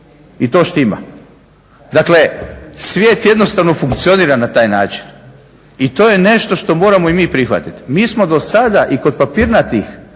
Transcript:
I to štima. Dakle, svijet jednostavno funkcionira na taj način i to je nešto što moramo i mi prihvatiti. Mi smo do sada i kod papirnatih